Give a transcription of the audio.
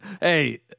Hey